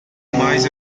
mais